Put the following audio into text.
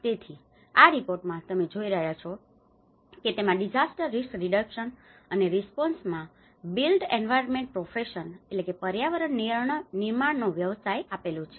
તેથી આ રિપોર્ટમાં તમે જોઈ રહ્યા છો કે તેમાં ડીસાસ્ટર રિસ્ક રિડકશન અને રીસપોન્સમાં disaster risk reduction and response આપત્તિ જોખમ ઘટાડવા અને પ્રતિસાદ બિલ્ટ એન્વાયરમેન્ટ પ્રોફેશનbuilt environment profession પર્યાવરણ નિર્માણનો વ્યવસાય આપેલું છે